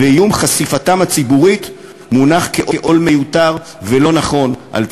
ואיום חשיפתם הציבורית מונח כעול מיותר ולא נכון על צווארם.